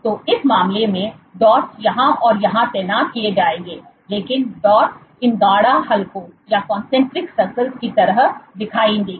तो इस मामले में डॉट्स यहां और यहां तैनात किया जाएगा लेकिन डॉट्स इन गाढ़ा हलकों की तरह दिखाई देगा